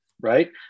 Right